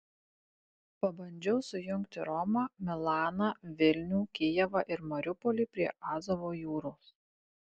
pabandžiau sujungti romą milaną vilnių kijevą ir mariupolį prie azovo jūros